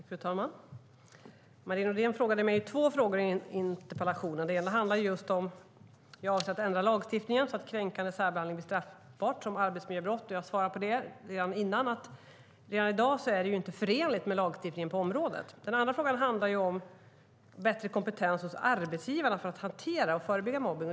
Fru talman! Marie Nordén ställde två frågor i interpellationen. Den ena handlar om ifall jag avser att ändra lagstiftningen så att kränkande särbehandling blir straffbart som arbetsmiljöbrott. Jag svarade på det innan, nämligen att det redan i dag inte är förenligt med lagstiftningen på området. Den andra frågan handlar om bättre kompetens hos arbetsgivarna för att hantera och förebygga mobbning.